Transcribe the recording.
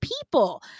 people